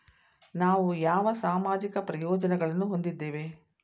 ನಾವು ಯಾವ ಸಾಮಾಜಿಕ ಪ್ರಯೋಜನಗಳನ್ನು ಹೊಂದಿದ್ದೇವೆ?